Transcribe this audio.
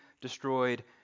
destroyed